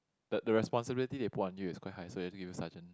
the the responsibility they put on you is quite high so they have to give you sergeant